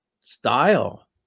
style